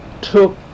took